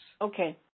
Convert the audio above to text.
Okay